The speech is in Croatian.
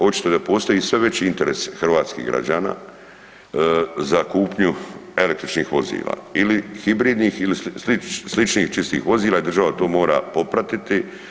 Očito je da postoji sve veći interes hrvatskih građana za kupnju električnih vozila ili hibridnih ili sličnih čistih vozila i država to mora popratiti.